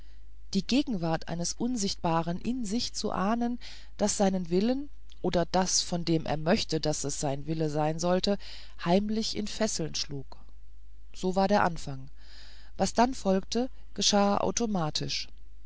die gegenwart eines unsichtbaren in sich zu ahnen das seinen willen oder das von dem er möchte daß es sein wille sein sollte heimlich in fesseln schlug so war der anfang was dann folgte geschah automatisch